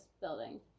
building